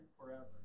forever